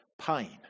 pain